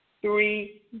three